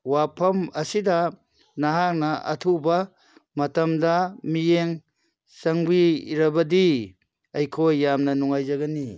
ꯋꯥꯐꯝ ꯑꯁꯤꯗ ꯅꯍꯥꯛꯅ ꯑꯊꯨꯕ ꯃꯇꯝꯗ ꯃꯤꯠꯌꯦꯡ ꯆꯪꯕꯤꯔꯕꯗꯤ ꯑꯩꯈꯣꯏ ꯌꯥꯝꯅ ꯅꯨꯡꯉꯥꯏꯖꯒꯅꯤ